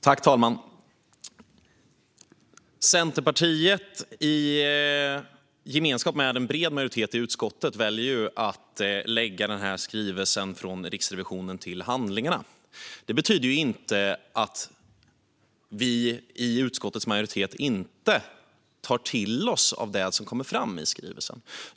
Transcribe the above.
Fru talman! Centerpartiet väljer i gemenskap med en bred majoritet i utskottet att lägga denna skrivelse från Riksrevisionen till handlingarna. Det betyder inte att utskottsmajoriteten inte tar till oss av det som kommer fram i skrivelsen.